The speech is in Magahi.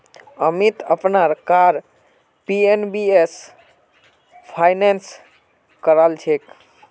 अमीत अपनार कार पी.एन.बी स फाइनेंस करालछेक